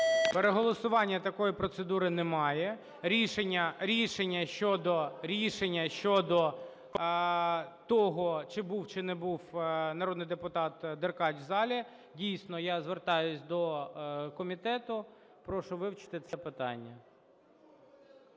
Переголосування – такої процедури немає. Рішення щодо, рішення щодо того чи був, чи не був народний депутат Деркач в залі, дійсно, я звертаюся до комітету, прошу вивчити це питання.